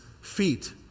feet